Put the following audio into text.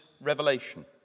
revelation